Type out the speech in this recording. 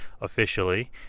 officially